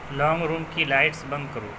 لونگ room کی lights بند کرو